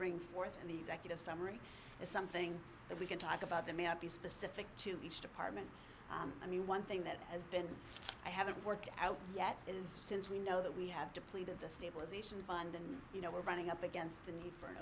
bring forth and the executive summary is something that we can talk about that may not be specific to each department i mean one thing that has been i haven't worked out yet is since we know that we have depleted the stabilization fund and you know we're running up against the need for an